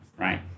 right